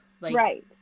Right